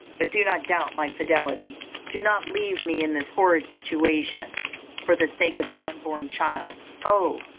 but do not doubt my fidelity. do not leave me in this horrid situation for the sake of your unborn child, oh!